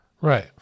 Right